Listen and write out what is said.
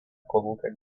kolūkio